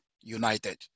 United